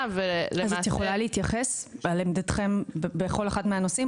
--- אז את יכולה להתייחס לעמדתכם בכל אחד מהנושאים?